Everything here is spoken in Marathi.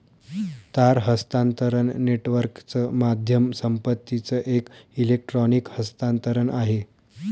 तार हस्तांतरण नेटवर्कच माध्यम संपत्तीचं एक इलेक्ट्रॉनिक हस्तांतरण आहे